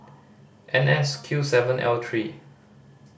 N S Q seven L three